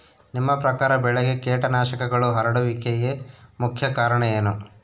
ನಿಮ್ಮ ಪ್ರಕಾರ ಬೆಳೆಗೆ ಕೇಟನಾಶಕಗಳು ಹರಡುವಿಕೆಗೆ ಮುಖ್ಯ ಕಾರಣ ಏನು?